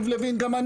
בבקשה.